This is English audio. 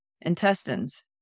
intestines